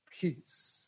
peace